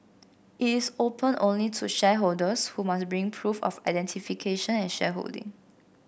it is open only to shareholders who must bring proof of identification and shareholding